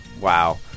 Wow